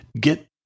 get